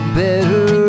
better